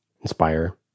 inspire